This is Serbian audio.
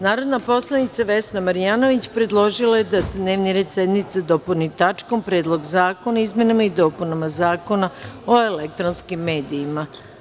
Narodna poslanica Vesna Marjanović, predložila je da se dnevni red sednice dopuni tačkom – Predlog zakona o izmenama i dopunama Zakona o elektronskim medijima.